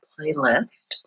playlist